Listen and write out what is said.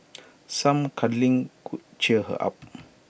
some cuddling could cheer her up